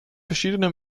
verschiedene